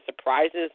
surprises